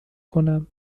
کنم